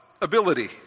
Ability